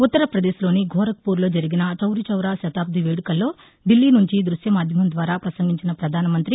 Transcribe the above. ఉత్తర ప్రదేశ్లోని గోరఖ్ పుర్లో జరిగిన చౌరీ చౌరా శతాబ్ది వేడుకల్లో దిల్లీ నుంచి ద్బశ్య మాధ్యమం ద్వారా ప్రసంగించిన ప్రధానమంతి